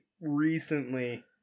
recently